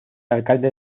alcalde